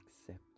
accept